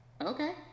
Okay